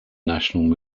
national